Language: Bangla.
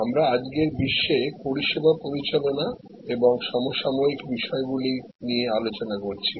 আমরা আজকের বিশ্বে পরিষেবা পরিচালনা এবং সমসাময়িক সমস্যাগুলি নিয়ে আলোচনা করছি